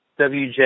WJ